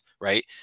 Right